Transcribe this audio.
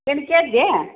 எனக்கு கேட்குதே